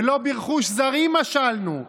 ולא ברכוש זרים משלנו,